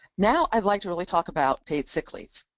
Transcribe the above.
now i'd like to really talk about paid sick leave.